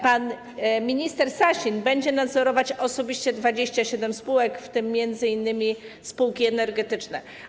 Pan minister Sasin będzie nadzorować osobiście 27 spółek, w tym m.in. spółki energetyczne.